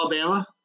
Alabama